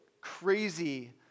crazy